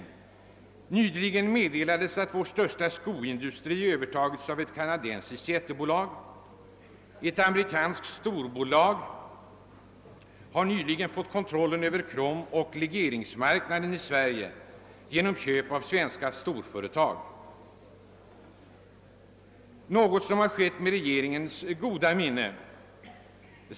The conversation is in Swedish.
Nyligen meddelades att vår största skoindustri övertagits av ett kanadensiskt jättebolag. Ett amerikanskt storbolag har nyligen fått kontrollen över kromoch legeringsmarknaden i Sverige genom köp av svenska storföretag, något som har skett med regeringens goda minne.